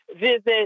visit